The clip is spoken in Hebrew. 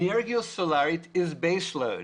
אנרגיה סולרית היא הבסיס.